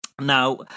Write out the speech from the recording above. Now